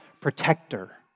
protector